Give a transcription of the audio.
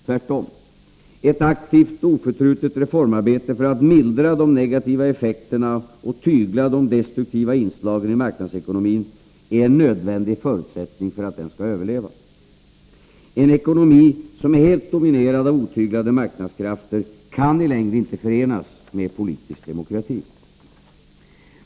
Tvärtom: Ett aktivt och oförtrutet reformarbete för att mildra de negativa effekterna av och tygla de destruktiva inslagen i marknadsekonomin är en nödvändig förutsättning för dess överlevnad. En ekonomi som är helt dominerad av otyglade marknadskrafter kan i längden inte förenas med politisk demokrati.